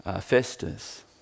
Festus